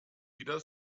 wieder